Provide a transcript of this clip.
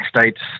states